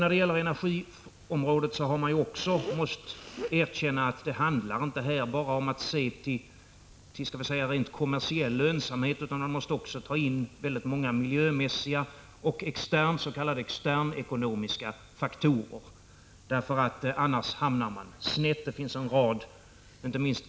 När det gäller energiområdet har man också måst erkänna att det här inte enbart handlar om att se till rent kommersiell lönsamhet utan man måste också ta hänsyn till miljömässiga och s.k. externekonomiska faktorer. Annars hamnar man snett. Inte minst på trafikområdet finns en rad exempel — Prot.